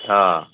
অঁ